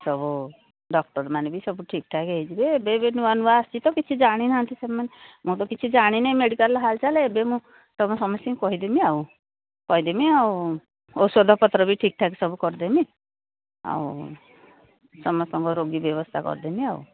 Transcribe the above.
ସବୁ ଡକ୍ଟରମାନେ ବି ସବୁ ଠିକ୍ଠାକ୍ ହେଇଯିବେ ଏବେ ଏବେ ନୂଆ ନୂଆ ଆସିଛି ତ କିଛି ଜାଣିନାହାନ୍ତି ସେମାନେ ମୁଁ ତ କିଛି ଜାଣିନି ମେଡ଼ିକାଲ୍ ହାଲଚାଲ୍ ଏବେ ମୁଁ ତ ସମସ୍ତଙ୍କି କହିଦେମି ଆଉ କହିଦେମି ଆଉ ଔଷଧପତ୍ର ବି ଠିକ୍ଠାକ୍ ସବୁ କରିଦେମି ଆଉ ସମସ୍ତଙ୍କ ରୋଗୀ ବ୍ୟବସ୍ଥା କରିଦେମି ଆଉ